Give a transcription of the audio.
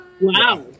wow